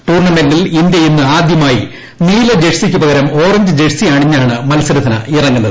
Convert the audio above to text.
ടൂർണമെന്റിൽ ഇന്ത്യ ഇന്ന് ആദ്യമായി നീല ജേഴ്സിക്കുപകരം ഓറഞ്ച് ജേഴ്സി അണിഞ്ഞാണ് മത്സരത്തിനിറങ്ങളുന്നത്